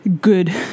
good